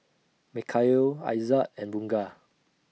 Mikhail Aizat and Bunga